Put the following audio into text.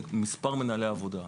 למספר מנהלי עבודה,